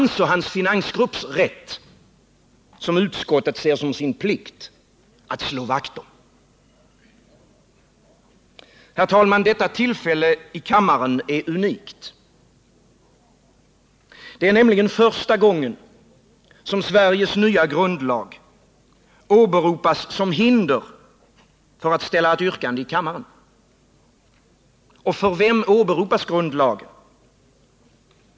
Det är hans finansgrupps rätt som utskottet ser som sin plikt att slå vakt om. Herr talman! Detta tillfälle i kammaren är unikt. Det är nämligen första gången som Sveriges nya grundlag åberopas som hinder för att ställa ett yrkande i kammaren. Och för vem åberopas grundlagen?